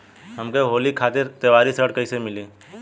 हमके होली खातिर त्योहारी ऋण कइसे मीली?